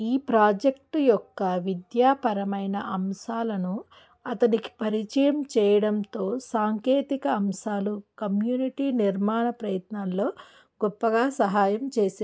ఈ ప్రాజెక్ట్ యొక్క విద్యాపరమైన అంశాలను అతనికి పరిచయం చేయడంతో సాంకేతిక అంశాలు కమ్యూనిటీ నిర్మాణ ప్రయత్నాలలో గొప్పగా సహాయం చేసాయి